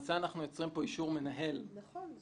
למעשה אנחנו יוצרים כאן אישור מנהל שהוא